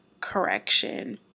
correction